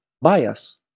bias